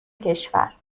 کشور